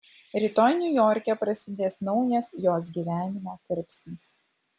rytoj niujorke prasidės naujas jos gyvenimo tarpsnis